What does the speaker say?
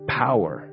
power